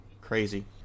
crazy